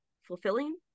fulfilling